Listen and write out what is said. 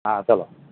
હા ચાલો